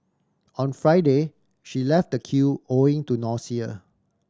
on Friday she left the queue owing to nausea